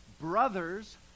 brothers